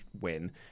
win